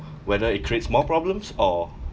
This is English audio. whether it creates more problems or